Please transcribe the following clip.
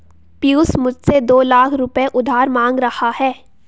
पियूष मुझसे दो लाख रुपए उधार मांग रहा है